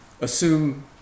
assume